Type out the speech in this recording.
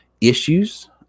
issues